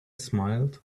smiled